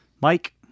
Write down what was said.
Mike